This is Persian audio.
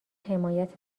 حمایت